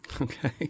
Okay